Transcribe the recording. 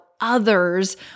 others